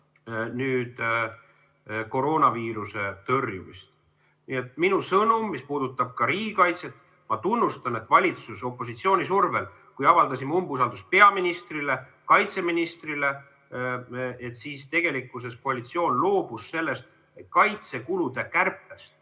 koroonaviiruse tõrjumist. Minu sõnum puudutab ka riigikaitset. Ma tunnustan, et valitsus opositsiooni survel – me avaldasime umbusaldust peaministrile ja kaitseministrile –, et koalitsioon loobus sellest kaitsekulude kärpest,